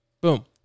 Boom